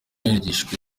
yagirijwe